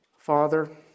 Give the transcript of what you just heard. Father